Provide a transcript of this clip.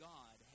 God